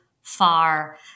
far